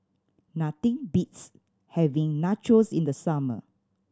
nothing beats having Nachos in the summer